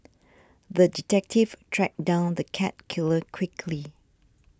the detective tracked down the cat killer quickly